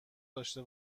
داشته